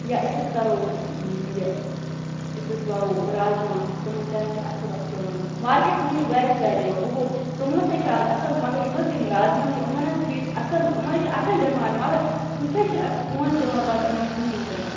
یا أسۍ حظ کرو یہِ أسۍ حظ وۄوو رازمہ تِمن تہِ حظ چھُ اصٕل اسہِ یِوان مارکیٚٹس منٛز چھُ وارِیاہ زیادٕ یِوان وۄنۍ گوٚو توٚملَس حظ چھِ آز اصٕل مگر یِم حظ یِم رازمہ چھِ یِمن حظ چھِ اسہِ اصٕل یِمن حظ چھِ اصٕل ڈِمانٛڈ مگر بُتھہِ حظ چھِنہٕ اسہِ پونٛسہٕ دِوان پتہٕ یِمن کِہیٖنۍ تہِ نہٕ